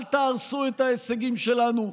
אל תהרסו את ההישגים שלנו.